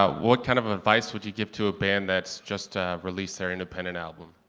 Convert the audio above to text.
ah what kind of advise would you give to a band that's just released their independent album?